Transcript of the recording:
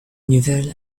nouvelle